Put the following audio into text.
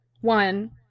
One